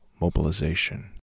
mobilization